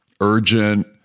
urgent